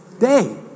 day